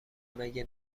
مگه